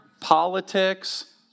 politics